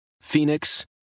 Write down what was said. Phoenix